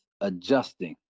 adjusting